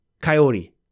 Coyote